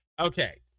Okay